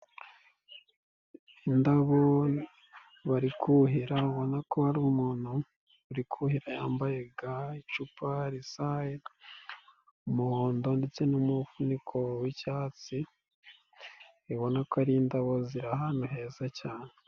Indabo, bari kuhira ubona ko hari umuntu, uri kuhira yambaye icupa risa, umuhondo ndetse n'umufuniko w'icyatsi, ubona ko ari indabo zira ahantu heza cyane.